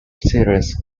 series